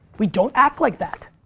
we don't act like that.